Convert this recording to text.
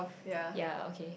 ya okay